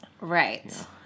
Right